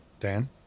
Dan